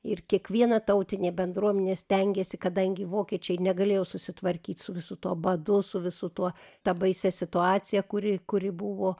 ir kiekviena tautinė bendruomenė stengėsi kadangi vokiečiai negalėjo susitvarkyt su visu tuo badu su visu tuo ta baisia situacija kuri kuri buvo